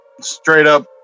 straight-up